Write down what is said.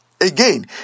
Again